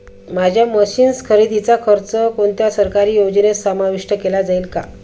माझ्या मशीन्स खरेदीचा खर्च कोणत्या सरकारी योजनेत समाविष्ट केला जाईल का?